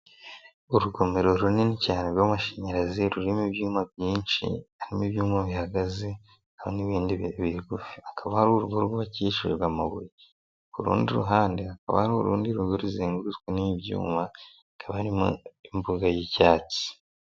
Urugomero runini cyane rw'amashanyarazi rurimo ibyuma byinshi harimo ibyuyuma bihagaze, hamwe n'ibindi bigufi, hakaba hari, urugo rwubakishije amabuye, ku rundi ruhande hakaba hari urundi rugo ruzengurutswe n'ibyuma ikaba harimo imbuga y'icyatsi.